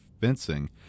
Fencing